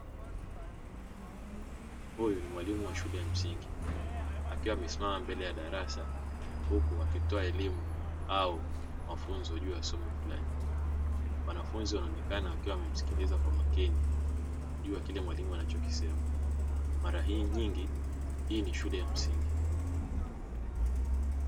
Huyu ni mwalimu wa shule ya msingi akiwa amesimama mbele ya darasa huku akitoa elimu au mafunzo juu ya somo fulani, wanafunzi wanaonekana wakiwa wanamsikiliza kwa makini juu ya kile mwalimu anachokisema, mala hii nyingi hii ni shule ya msingi.